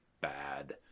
bad